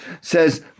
says